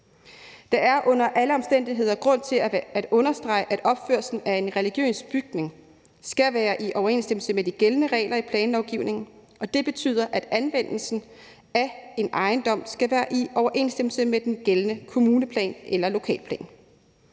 Der er under alle omstændigheder grund til at understrege, at opførelsen af en religiøs bygning skal være i overensstemmelse med de gældende regler i planlovgivningen, og det betyder, at anvendelsen af en ejendom skal være i overensstemmelse med den gældende kommuneplan eller lokalplan.